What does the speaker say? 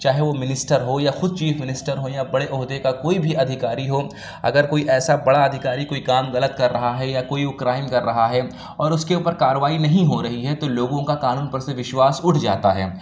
چاہے وہ منسٹر ہو یا خود چیف منسٹر ہوں یا بڑے عہدے کا کوئی بھی ادھیکاری ہو اگر کوئی ایسا بڑا ادھیکاری کوئی کام غلط کر رہا ہے یا کوئی وہ کرائم کر رہا ہے اور اُس کے اوپر کاروائی نہیں ہو رہی ہے تو لوگوں کا قانون پر سے وسواش اُٹھ جاتا ہے